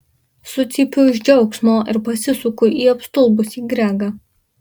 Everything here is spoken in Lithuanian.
sucypiu iš džiaugsmo ir pasisuku į apstulbusį gregą